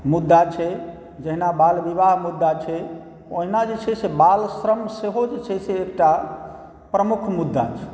मुद्दा छै जहिना बाल विवाह मुद्दा छै ओहिना जे छै से बालश्रम सेहो एकटा प्रमुख मुद्दा छै